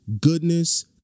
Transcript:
goodness